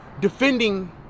defending